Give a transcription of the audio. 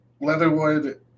Leatherwood